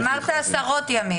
אמרת עשרות ימים.